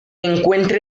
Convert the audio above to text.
encuentra